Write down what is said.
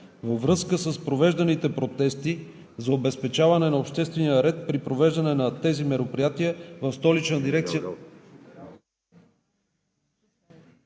Във връзка с провежданите протести за обезпечаване на обществения ред при провеждане на тези мероприятия в Столичната дирекция